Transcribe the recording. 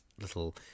little